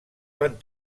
van